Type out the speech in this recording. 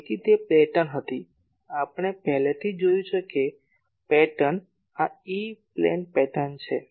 તેથી તે પેટર્ન હતી આપણે પહેલેથી જ જોયું છે કે પેટર્ન આ ઇ પ્લેન પેટર્ન છે